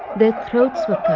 their throats were